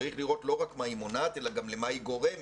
צריך לראות לא רק מה היא מונעת אלא גם למה היא גורמת.